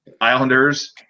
Islanders